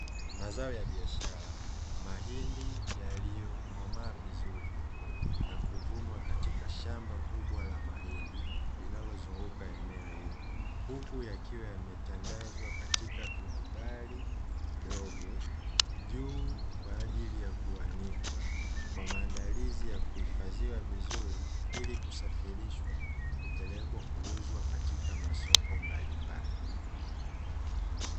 Mazao ya biashara. Mahindi yaliyokomaa vizuri na kuvunwa katika shamba kubwa la mahindi linalozunguka eneo hilo, huku yakiwa yametandazwa katika tundubali dogo juu kwa ajili ya kuanikwa kwa maandalizi ya kuhifadhiwa vizuri ili kusafirishwa kupelekwa kuuzwa katika masoko mbalimbali.